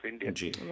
India